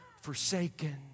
forsaken